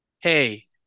hey